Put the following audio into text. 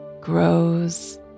grows